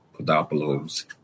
Podopolos